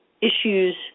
issues